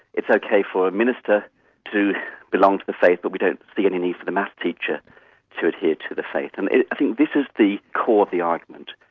it's ok for a minister to belong to the faith but we don't see any need for the maths teacher to adhere to the faith, and i think this is the core of the argument.